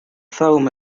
film